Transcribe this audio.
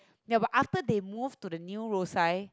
ya but after they move to the new Rosyth